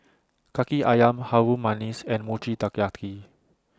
Kaki Ayam Harum Manis and Mochi Taiyaki